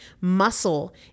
Muscle